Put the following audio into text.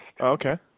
Okay